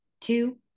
two